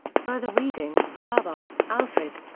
further reading barbou, alfred.